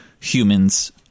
humans